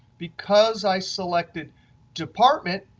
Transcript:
because i selected department,